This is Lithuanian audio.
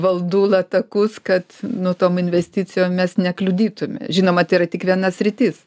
valdų latakus kad nu tom investicijom mes nekliudytume žinoma tai yra tik viena sritis